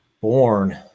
born